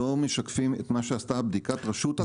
לא משקפים את מה שעשתה בדיקת רשות התחרות.